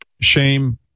shame